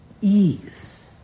ease